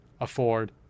afford